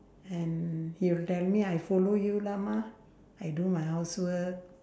and he'll tell me I'll follow you lah ma I do my housework